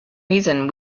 reason